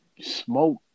smoke